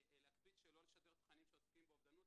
להקפיד שלא לשדר תכנים שעוסקים באובדנות.